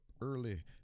Early